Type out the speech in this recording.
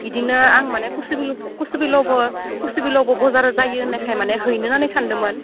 इदिनो आं माने कुसुबिल कुसुबिलावबो कुसुबिलावबो बजार जायो होननायखाय माने हैनो होननानै सान्दोमोन